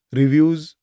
reviews